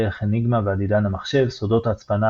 דרך אניגמה ועד עידן המחשב סודות ההצפנה,